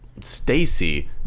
Stacy